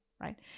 right